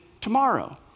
tomorrow